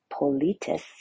Politis